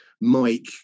Mike